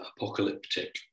apocalyptic